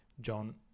John